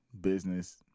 business